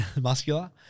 muscular